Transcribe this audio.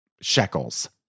shekels